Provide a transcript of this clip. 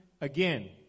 again